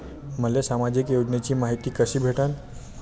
मले सामाजिक योजनेची मायती कशी भेटन?